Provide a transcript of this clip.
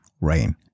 rain